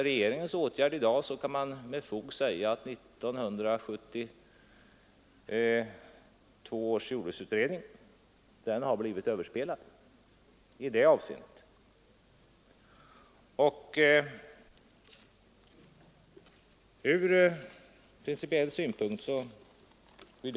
Man kan med fog säga att den utredningen i det avseendet har blivit överspelad genom regeringens åtgärder i dag.